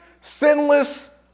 sinless